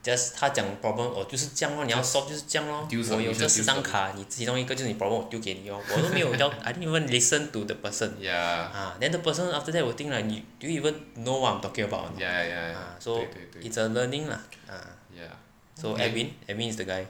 just 他讲 problem orh 就是这样 lor 我有这十张卡你其中一个就是你的 problem 我丢给你 lor 我都没有 tell I didn't even listen to the person ah then the person after that will think right 你 do you even know what I'm talking about anot ah so it's a learning lah so edwin edwin is the guy